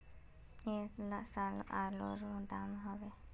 ऐ साल की आलूर र दाम होबे?